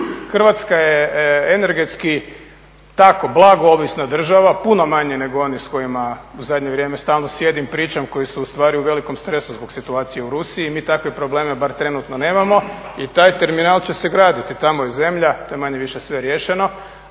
Hrvatska je energetski tako blago ovisna država, puno manje nego oni s kojima u zadnje vrijeme stalno sjedim, pričam, koji su ustvari u velikom stresu zbog situacije u Rusiji, mi takve probleme, barem trenutno, nemamo i taj terminal će se graditi. Tamo je zemlja, to je manje-više sve riješeno,